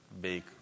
big